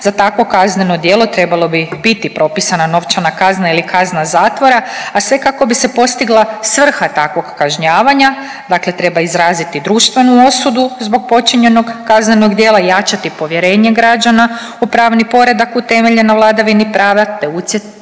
Za takvo kazneno djelo trebala bi biti propisana novčana kazna ili kazna zatvora, a sve kako bi se postigla svrha takvog kažnjavanja. Dakle, treba izraziti društvenu osudu zbog počinjenog kaznenog djela, jačati povjerenje građana u pravni poredak utemeljen na vladavini prava, te utjecati